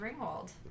ringwald